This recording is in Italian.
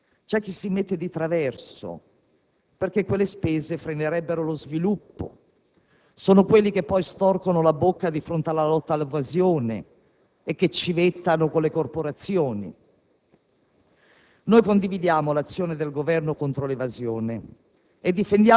E da sempre, anche durante i lavori di quest'ultima finanziaria, c'è chi si mette di traverso, perché quelle spese frenerebbero lo sviluppo. Sono quelli che poi storcono la bocca di fronte alla lotta all'evasione e che civettano con le corporazioni.